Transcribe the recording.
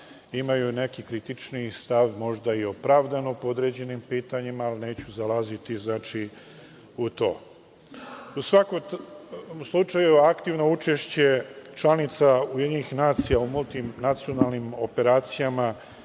imaju neki kritičniji stav, možda i opravdano po određenim pitanjima, ali neću zalaziti u to.U svakom slučaju, aktivno učešće članica UN u multinacionalnim operacijama